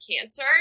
cancer